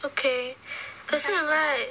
okay 可是 right